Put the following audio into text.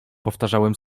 powtarzałem